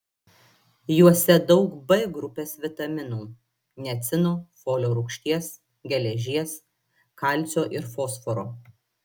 juose daug b grupės vitaminų niacino folio rūgšties geležies kalcio ir fosforo